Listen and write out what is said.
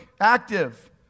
active